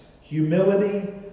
humility